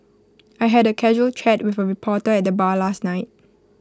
I had A casual chat with A reporter at the bar last night